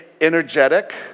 energetic